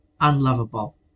unlovable